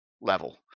level